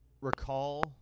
recall